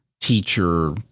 teacher